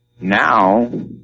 now